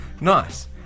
Nice